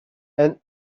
and